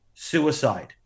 Suicide